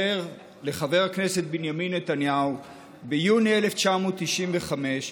לחבר הכנסת בנימין נתניהו ביוני 1995,